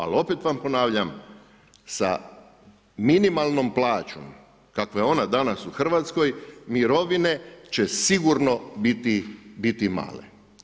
Ali opet vam ponavljam, sa minimalnom plaćom, kakva je ona danas u Hrvatskoj, mirovine će sigurno biti male.